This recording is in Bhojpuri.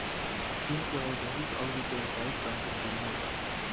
चीन के औधोगिक अउरी व्यावसायिक बैंक दुनो बा